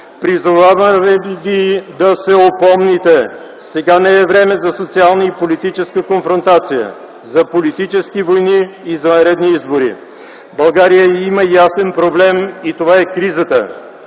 Призоваваме ви да се опомните! Сега не е време за социална и политическа конфронтация, за политически войни и извънредни избори. България има ясен проблем и това е кризата.